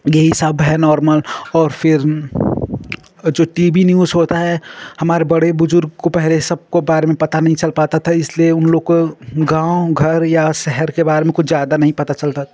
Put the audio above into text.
यही सब है नॉर्मल और फिर और जो टी वी न्यूज़ होता है हमारे बड़े बुजुर्ग़ को पहले सब को बारे में पता नहीं चल पाता था इसलिए उनलोगों को गाँव घर या शहर के बारे में कुछ ज़्यादा नहीं पता चलता